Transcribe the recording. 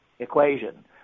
Equation